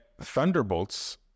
thunderbolts